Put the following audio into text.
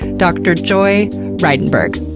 dr. joy reidenberg.